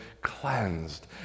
cleansed